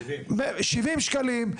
70 שקלים.